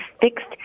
fixed